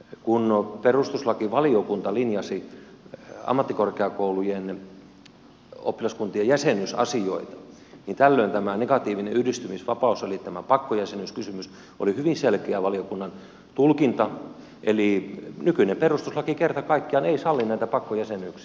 kun perustuslakivaliokunta linjasi ammattikorkeakoulujen oppilaskuntien jäsenyysasioita niin tällöin tämä negatiivinen yhdistymisvapaus eli tämä pakkojäsenyyskysymys oli hyvin selkeä valiokunnan tulkinta eli nykyinen perustuslaki kerta kaikkiaan ei salli näitä pakkojäsenyyksiä